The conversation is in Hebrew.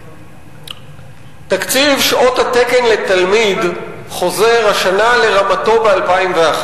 תקציב שעות התקן לתלמיד חוזר השנה לרמתו ב-2001.